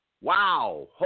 Wow